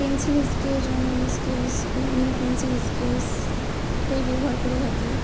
pencil sketch অ নীল sketch প নীল পেন্সিল স্কেচ এটাই ব্যবহার করে থাকি